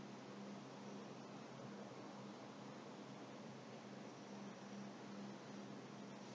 <S